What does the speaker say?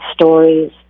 stories